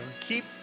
keep